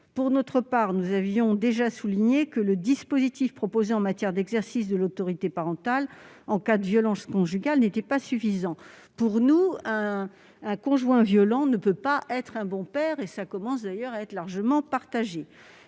Pour notre part, nous avions déjà souligné que le dispositif proposé en matière d'exercice de l'autorité parentale en cas de violences conjugales n'était pas suffisant. Nous considérons qu'un conjoint violent ne peut pas être un bon père- cette idée commence d'ailleurs à être partagée.